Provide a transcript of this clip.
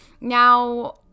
now